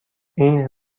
این